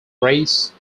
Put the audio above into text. race